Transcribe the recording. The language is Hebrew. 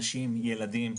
נשים, ילדים.